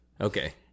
Okay